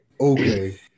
Okay